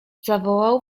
zawołał